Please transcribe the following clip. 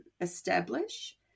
establish